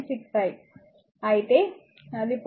6 I అయితే అది 0